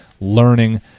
learning